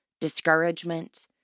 discouragement